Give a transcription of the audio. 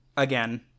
Again